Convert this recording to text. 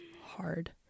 hard